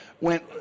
went